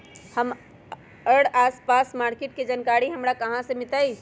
हमर आसपास के मार्किट के जानकारी हमरा कहाँ से मिताई?